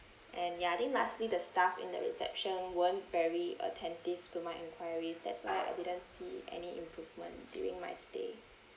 and ya I think lastly the staff in the reception weren't very attentive to my inquiries that's why I didn't see any improvement during my stay ya